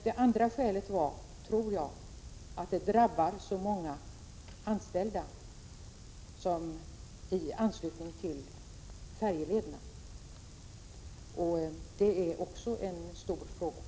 Det andra skälet var, tror jag, att en bro skulle komma att drabba så många anställda vid färjetrafiken. Detta är också en viktig aspekt.